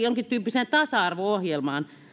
jonkintyyppiseen tasa arvo ohjelmaan